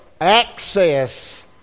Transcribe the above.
access